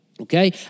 Okay